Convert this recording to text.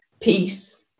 peace